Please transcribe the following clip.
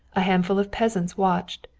a handful of peasants watched,